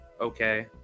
okay